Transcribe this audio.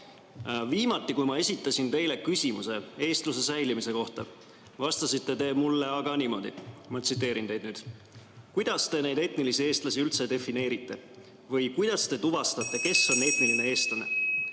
Viimati, kui ma esitasin teile küsimuse eestluse säilimise kohta, vastasite te mulle aga niimoodi: "Kuidas te neid etnilisi eestlasi üldse defineerite? Või kuidas te tuvastate, kes on etniline eestlane?"